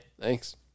thanks